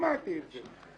שמעתי את זה.